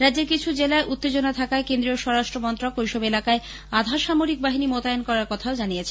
রাজ্যের কিছু জেলায় উত্তেজনা থাকায় কেন্দ্রীয় স্বরাষ্ট্রমন্ত্রক ঐসব এলাকায় আধাসামরিক বাহিনী মোতায়েন করার কথাও জানিয়েছে